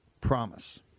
promise